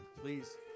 please